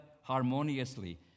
harmoniously